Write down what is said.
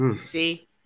See